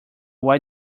why